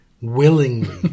willingly